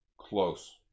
Close